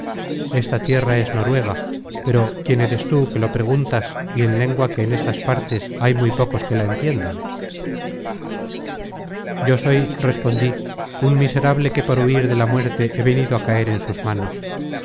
tierra es noruega pero quién eres tú que lo preguntas y en lengua que en estas partes hay muy pocos que la entiendan yo soy respondí un miserable que por huir de la muerte he venido á caer en sus manos